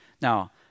Now